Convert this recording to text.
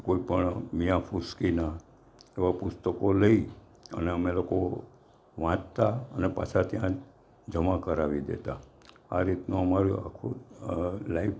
કોઈપણ મિયાં ફૂસકીના એવા પુસ્તકો લઈ અને અમે લોકો વાંચતાં અને પાછા ત્યાં જ જમા કરાવી દેતા આ રીતનું અમારું આખું લાઇક